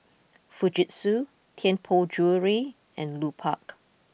Fujitsu Tianpo Jewellery and Lupark